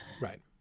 Right